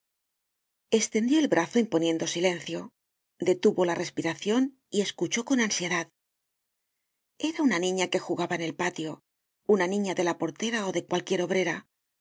estendió el brazo imponiendo silencio detuvo la respiracion y escuchó con ansiedad era una niña que jugaba en el patio una niña de la portera ó de cualquier obrera